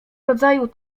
rodzaju